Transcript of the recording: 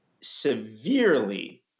severely